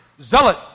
zealot